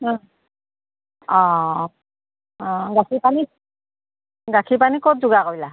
অঁ অঁ গাখীৰ পানী গাখীৰ পানী ক'ত যোগাৰ কৰিলা